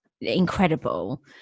incredible